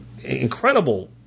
incredible